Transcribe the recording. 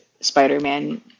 spider-man